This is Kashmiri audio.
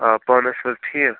آ پانہٕ ٲسوٕ حظ ٹھیٖک